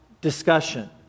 discussion